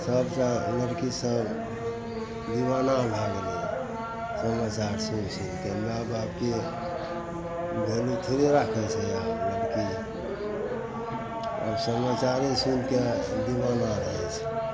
सभटा लड़कीसभ दिवाना भै गेलै यऽ समाचार सुनि सुनिके माइ बापके भैल्यू थोड़े राखै छै आब लड़की आब समाचारे सुनिके दिवाना रहै छै